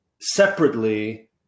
separately